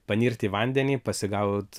panirt į vandenį pasigaut